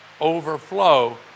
overflow